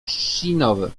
trzcinowy